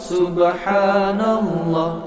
Subhanallah